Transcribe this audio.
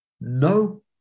no